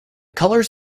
colors